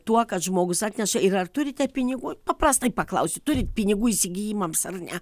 tuo kad žmogus atneša ir ar turite pinigų paprastai paklausiu turit pinigų įsigijimams ar ne